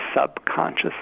subconscious